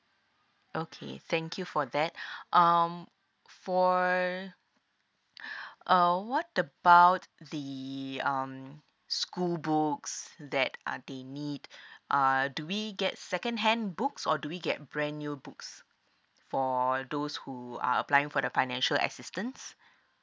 okay thank you for that um for err what about the um school books that uh they need err do we get second hand books or do we get brand new books for those who are applying for the financial assistance